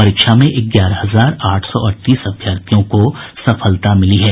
परीक्षा में ग्यारह हजार आठ सौ अड़तीस अभ्यर्थियों को सफलता मिली है